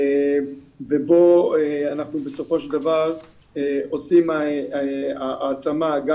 ובו אנחנו בסופו של דבר עושים העצמה גם